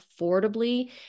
affordably